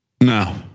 No